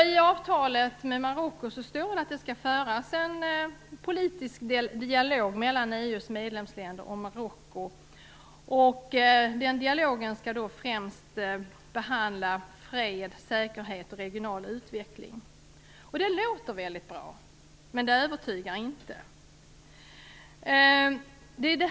I avtalet med Marocko står det att det skall föras en politisk dialog mellan EU:s medlemsländer och Marocko. Den dialogen skall främst behandla fred, säkerhet och regional utveckling. Det låter väldigt bra, men det övertygar inte.